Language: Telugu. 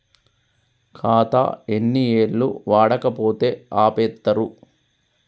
ఖాతా ఎన్ని ఏళ్లు వాడకపోతే ఆపేత్తరు?